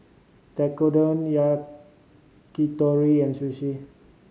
Tekkadon Yakitori and Sushi